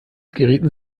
gerieten